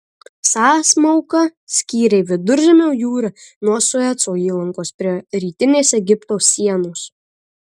sąsmauka skyrė viduržemio jūrą nuo sueco įlankos prie rytinės egipto sienos